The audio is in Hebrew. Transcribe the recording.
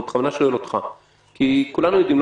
אני בכוונה שואל אותך כי כולנו יודעים,